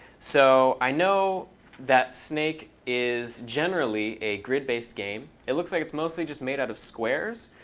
so i know that snake is generally a grid-based game. it looks like it's mostly just made out of squares.